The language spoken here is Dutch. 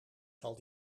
zal